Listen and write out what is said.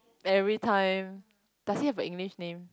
everytime does he have a English name